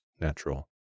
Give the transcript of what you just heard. natural